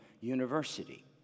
University